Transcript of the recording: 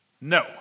No